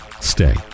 stay